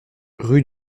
rue